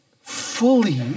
fully